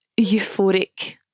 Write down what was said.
euphoric